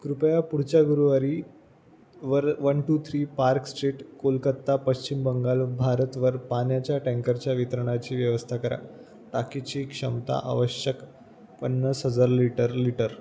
कृपया पुढच्या गुरुवारीवर one two three Park Street Kolkata Paschim Bangal भारतवर पाण्याच्या टँकरच्या वितरणाची व्यवस्था करा टाकीची क्षमता आवश्यक पन्नास हजार लिटर लिटर